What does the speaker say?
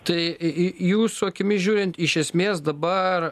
tai i jūsų akimis žiūrint iš esmės dabar